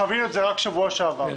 חווינו את זה רק שבוע שעבר.